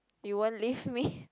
you won't leave me